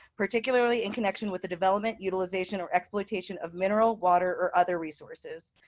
particularly in connection with the development, utilization, or exploitation of mineral, water, or other resources.